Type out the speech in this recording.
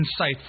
insightful